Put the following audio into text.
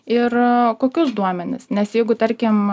ir kokius duomenis nes jeigu tarkim